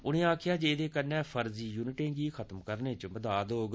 उनें आक्खेआ जे एहदे कन्नै फर्जी युनिटें गी खत्म करने च मदाद होग